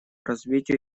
развитию